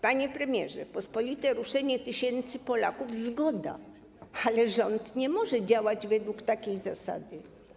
Panie premierze, pospolite ruszenie tysięcy Polaków - zgoda, ale rząd nie może działać według takiej zasady.